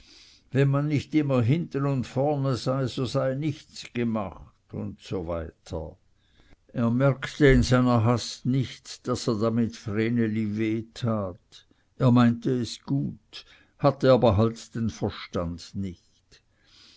wenn man nicht immer hinten und vornen sei so sei nichts gemacht usw er merkte in seiner hast nicht daß er damit vreneli weh tat er meinte es gut hatte aber halt den verstand nicht